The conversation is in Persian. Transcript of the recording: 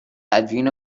تدوین